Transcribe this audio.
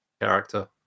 character